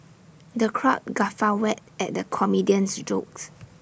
the crowd guffawed at the comedian's jokes